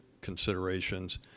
considerations